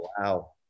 Wow